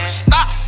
stop